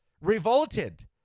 revolted